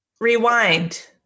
Rewind